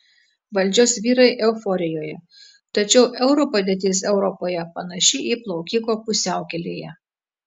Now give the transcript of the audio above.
valdžios vyrai euforijoje tačiau euro padėtis europoje panaši į plaukiko pusiaukelėje